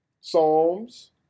Psalms